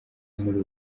muri